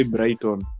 Brighton